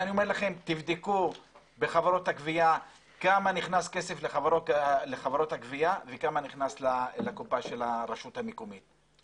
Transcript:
תבדקו כמה כסף נכנס לחברות הגבייה וכמה נכנס לקופת הרשות המקומית,